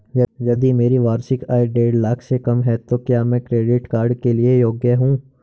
यदि मेरी वार्षिक आय देढ़ लाख से कम है तो क्या मैं क्रेडिट कार्ड के लिए योग्य हूँ?